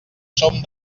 som